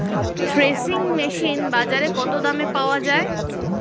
Threshing machine বাজারে কত দামে পাওয়া যায়?